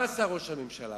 מה עשה ראש הממשלה?